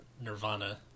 Nirvana